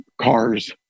cars